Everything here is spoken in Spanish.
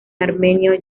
armenio